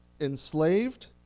enslaved